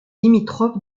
limitrophe